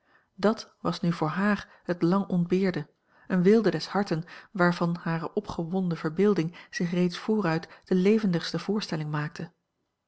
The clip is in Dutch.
dàt was nu voor haar het lang ontbeerde een weelde des harten waarvan hare opgewonden verbeelding zich reeds vooruit de levendigste voorstelling maakte